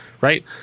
right